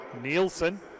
Nielsen